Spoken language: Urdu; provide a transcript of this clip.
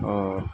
اور